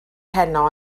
heno